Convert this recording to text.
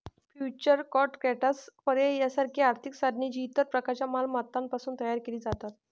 futures contracts, पर्याय यासारखी आर्थिक साधने, जी इतर प्रकारच्या मालमत्तांपासून तयार केली जातात